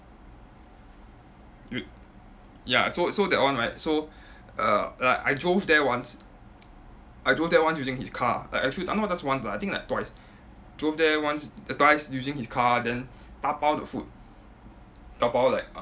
you ya so so that one right so err like I drove there once I drove there once using his car I I feel uh not just once but I think like twice drove there once err twice using his car then dabao the food dabao like